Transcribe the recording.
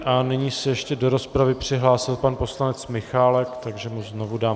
A nyní se ještě do rozpravy přihlásil pan poslanec Michálek, takže mu znovu dám slovo.